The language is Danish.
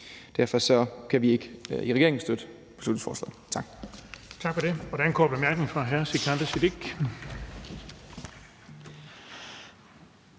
Derfor kan regeringen ikke støtte beslutningsforslaget. Tak.